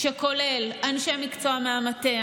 שכולל אנשי מקצוע מהמטה,